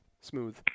smooth